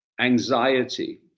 anxiety